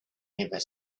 never